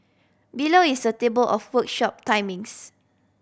below is a table of workshop timings